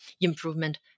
improvement